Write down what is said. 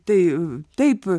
tai taip